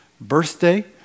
birthday